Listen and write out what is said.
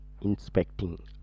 inspecting